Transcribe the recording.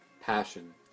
Passion